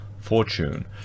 fortune